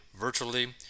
virtually